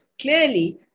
clearly